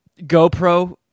GoPro